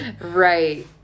Right